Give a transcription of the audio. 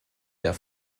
der